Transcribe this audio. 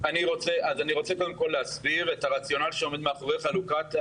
אז אני רוצה קודם כל להסביר את הרציונל שעומד מאחורי זה,